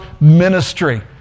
ministry